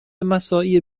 مساعی